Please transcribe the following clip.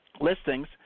listings